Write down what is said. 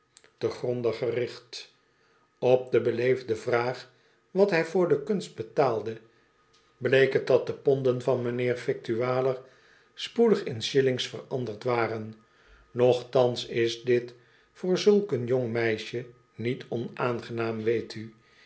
te gronde gericht op de beleefde vraag wat hij voor de kunst betaalde bleek het dat de ponden van mijnheer yictualler spoedig in shillings veranderd waren nochtans is dit voor zulk een jong meisje niet onaangenaam weet u